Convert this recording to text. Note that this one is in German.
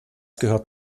gehört